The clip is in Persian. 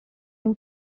این